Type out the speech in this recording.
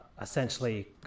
Essentially